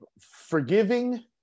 Forgiving